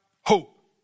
hope